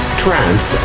trance